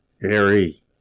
Harry